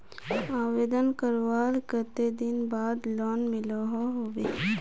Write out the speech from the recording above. आवेदन करवार कते दिन बाद लोन मिलोहो होबे?